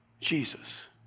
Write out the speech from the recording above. Jesus